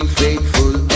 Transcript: faithful